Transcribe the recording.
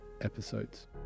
episodes